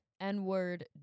n-word